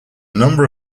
number